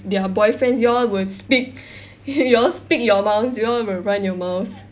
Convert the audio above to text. their boyfriends you all would speak you all will speak you all speak your mouths you all will run your mouths